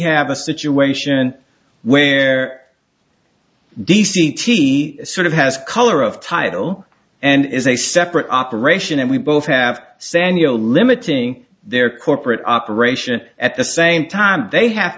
have a situation where d c t sort of has color of title and is a separate operation and we both have saniel limiting their corporate operation at the same time and they have